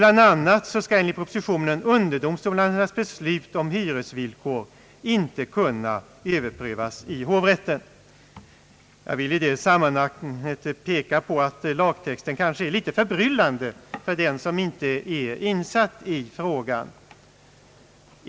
Bland annat skall enligt propositionen underdomstolarnas beslut om hyresvillkor inte kunna överprövas i hovrätten. Jag vill i det sammanhang et peka på att lagtexten kanske är något förbryllande för den som inte är insatt i frågan.